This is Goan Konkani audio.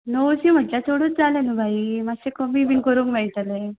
णवशी म्हणल्या चडूत जाले न्हय भाई माश्शे कमी बी करूंक मेळटले